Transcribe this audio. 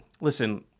listen